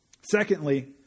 Secondly